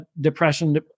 depression